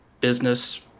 business